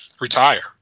retire